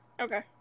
Okay